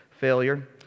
failure